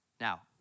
Now